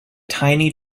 tiny